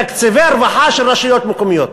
בתקציבי הרווחה של רשויות מקומיות.